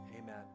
Amen